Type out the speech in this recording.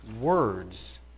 words